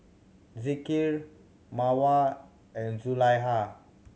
Zikri Mawar and Zulaikha